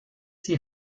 die